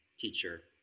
teacher